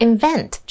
Invent